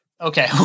Okay